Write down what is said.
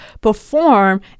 perform